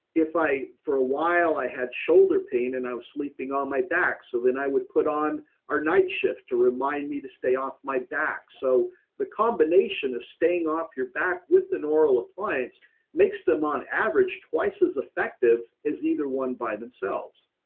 for a while i had shoulder pain, and i was sleeping on my back, so then i would put on our nightshift to remind me to stay off my back. so the combination of staying off your back with an oral appliance makes them on average twice as effective as either one by themselves.